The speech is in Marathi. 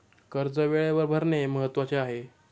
कर्ज वेळेवर भरणे महत्वाचे आहे